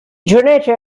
donated